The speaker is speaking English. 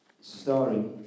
story